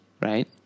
Right